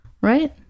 Right